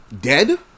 Dead